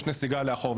יש נסיגה לאחור.